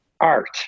art